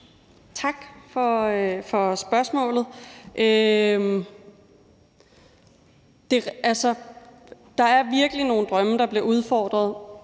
Tak for spørgsmålet. Der er virkelig nogle drømme, der bliver udfordret